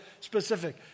specific